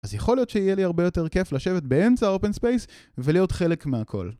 אז יכול להיות שיהיה לי הרבה יותר כיף לשבת באמצע אופן ספייס, ולהיות חלק מהכל.